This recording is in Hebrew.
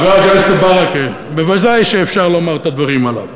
חבר הכנסת ברכה, ודאי שאפשר לומר את הדברים הללו.